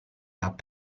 app